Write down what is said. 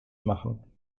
machen